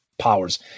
powers